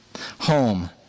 Home